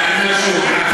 אני אומר שוב.